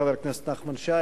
חבר הכנסת נחמן שי,